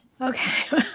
Okay